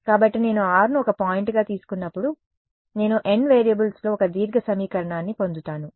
కాబట్టి నేను r ను ఒక పాయింట్గా తీసుకున్నప్పుడు నేను n వేరియబుల్స్లో ఒక దీర్ఘ సమీకరణాన్ని పొందుతాను